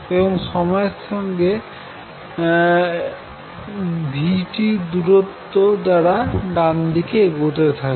এবং সময়ের সঙ্গে v t দূরত্ব দ্বারা ডানদিকে এগোতে থাকবে